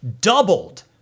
doubled